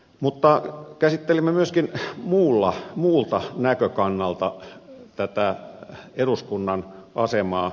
mutta käsittelimme myöskin muulta näkökannalta eduskunnan asemaa